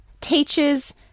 teachers